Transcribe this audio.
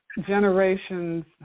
generations